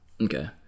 Okay